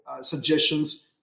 suggestions